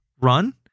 Run